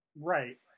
Right